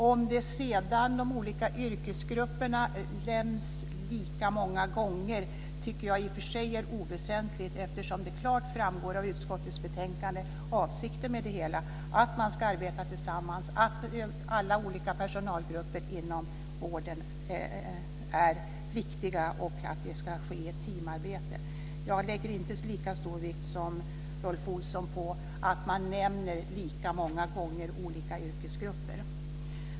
Om sedan de olika yrkesgrupperna nämns lika många gånger tycker jag i och för sig är oväsentligt, eftersom avsikten med det hela klart framgår av utskottets betänkande: att man ska arbeta tillsammans, att alla olika personalgrupper inom vården är viktiga och att det ska ske ett teamarbete. Jag lägger inte lika stor vikt som Rolf Olsson vid att man nämner olika yrkesgrupper lika många gånger.